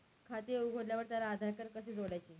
खाते उघडल्यावर त्याला आधारकार्ड कसे जोडायचे?